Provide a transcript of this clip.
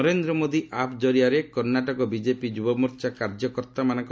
Narendra Modi app କରିଆରେ Karnataka BJP ଯୁବମୋର୍ଚ୍ଚା କାର୍ଯ୍ୟକର୍ତ୍ତାମାନଙ୍କ